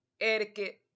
etiquette